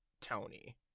Tony